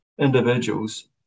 individuals